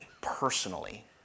personally